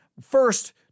first